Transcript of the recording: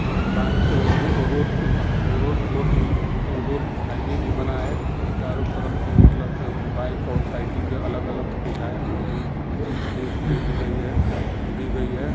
और bike road road वह road four बिल रोड हाईवे भी बना है और चारों तरफ़ कि मतलब से बाइक और छाइकिल की अलग अलग सुविधाएँ भी दे दे दी गई है